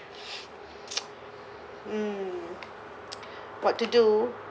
mm what to do